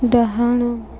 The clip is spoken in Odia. ଡାହାଣ